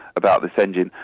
about this engine.